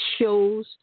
shows